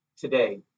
today